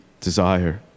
desire